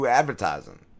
advertising